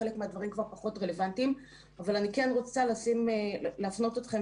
חלק מהדברים כבר פחות רלוונטיים אבל אני כן רוצה להפנות אתכם,